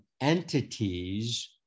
entities